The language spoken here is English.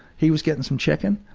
he was getting some chicken.